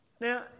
Now